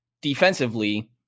defensively